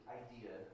idea